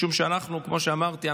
משום שכמו שאמרתי,